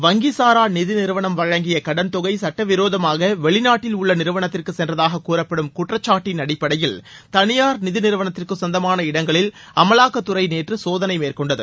வங்கிசாரா நிதி நிறுவனம் வழங்கிய கடன் தொகை சட்டவிரோதமாக வெளிநாட்டில் உள்ள நிறுவனத்திற்கு சென்றதாக கூறப்படும் குற்றச்சாட்டின் அடிப்படையில் தனியார் நிதி நிறுவனத்திற்கு சொந்தமான இடங்களில் அமலாக்கத்துறை நேற்று சோதனை மேற்கொண்டது